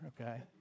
okay